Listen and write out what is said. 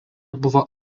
buvo